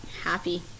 happy